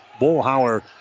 Bullhauer